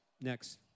Next